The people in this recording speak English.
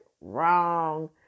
Wrong